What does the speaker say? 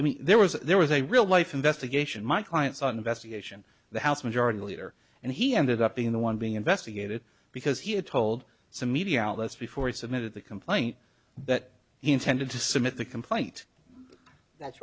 i mean there was there was a real life investigation my clients on investigation the house majority leader and he ended up being the one being investigated because he had told some media outlets before he submitted the complaint that he intended to submit the complaint that's